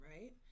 right